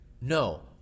No